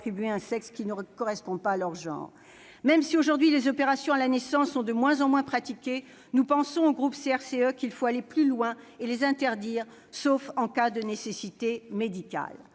attribué un sexe ne correspondant pas à leur genre. Même si, aujourd'hui, les opérations à la naissance sont de moins en moins pratiquées, nous pensons, au groupe CRCE, qu'il faut aller plus loin et les interdire, sauf en cas de nécessité médicale.